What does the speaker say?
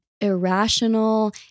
irrational